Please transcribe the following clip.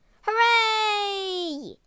Hooray